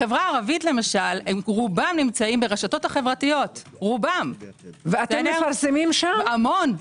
החברה הערבית למשל רובם נמצאים ברשתות החבריות ואנו מפרסמים שם המון,